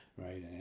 Right